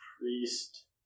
priest